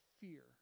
fear